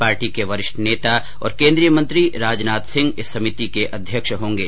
party के वरिष्ठ नेता और केंद्रीय मंत्री राजनाथ सिंह इस समिति के अध्यक्ष होंगे